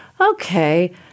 okay